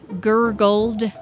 gurgled